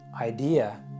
idea